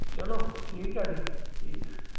ਚਲੋ ਠੀਕ ਆ ਜੀ ਠੀਕ